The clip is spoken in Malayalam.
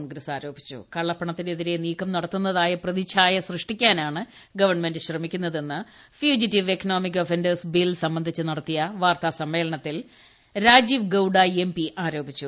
കോൺഗ്രസ് കള്ളപ്പണത്തിനെതിരെ നീക്കം നടത്തുന്നതായ പ്രതിഛായ സൃഷ്ടിക്കാനാണ് ഗവൺമെന്റ് ശ്രമിക്കുന്നതെന്ന് ഫ്യുജിറ്റീവ് എക്കണോമിക് ഒഫന്റേഴ്സ് ബിൽ സംബന്ധിച്ച നടത്തിയ വാർത്താസമ്മേളനത്തിൽ രാജീവ് ഗൌഡ എം പി ആരോപിച്ചു